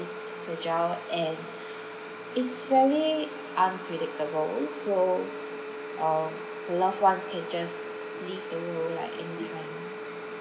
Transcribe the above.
is fragile and it's very unpredictable so um the loved ones can just leave the world like any time